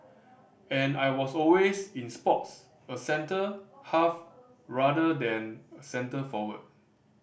and I was always in sports a centre half rather than centre forward